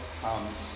comes